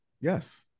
yes